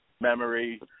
memory